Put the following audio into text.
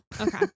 okay